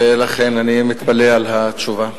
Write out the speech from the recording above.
ולכן אני מתפלא על התשובה.